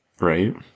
Right